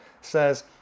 says